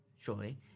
Surely